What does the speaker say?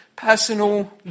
Personal